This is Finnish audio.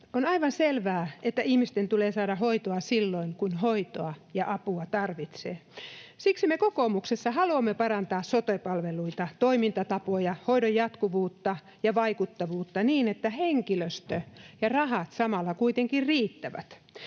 On aivan selvää, että ihmisten tulee saada hoitoa silloin, kun hoitoa ja apua tarvitsevat. Siksi me kokoomuksessa haluamme parantaa sote-palveluita, toimintatapoja, hoidon jatkuvuutta ja vaikuttavuutta, niin että henkilöstö ja rahat samalla kuitenkin riittävät.